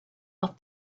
auf